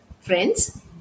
friends